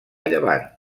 llevant